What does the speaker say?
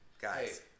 Guys